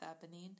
happening